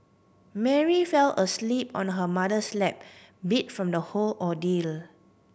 Mary fell asleep on her mother's lap beat from the whole ordeal